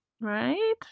Right